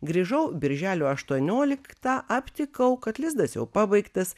grįžau birželio aštuonioliktą aptikau kad lizdas jau pabaigtas